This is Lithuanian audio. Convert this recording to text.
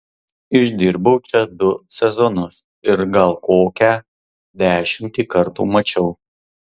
išdirbau čia du sezonus ir gal kokią dešimtį kartų mačiau